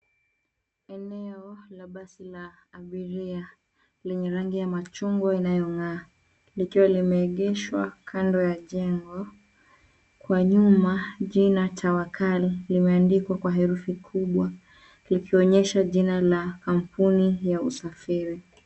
Eneo la basi la abiria lenye rangi ya machungwa inayong'aa likiwa limeegeshwa kando ya jengo. Kwa nyuma, jina Tawakal limeandikwa kwa herufi kubwa likionyesha jina kampuni hii ya usafiri.